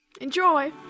enjoy